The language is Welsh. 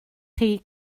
chi